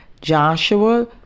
Joshua